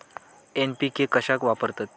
NPK कशाक वापरतत?